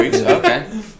Okay